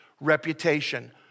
Reputation